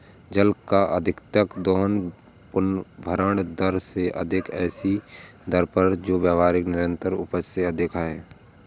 जल का अत्यधिक दोहन पुनर्भरण दर से अधिक ऐसी दर पर जो व्यावहारिक निरंतर उपज से अधिक है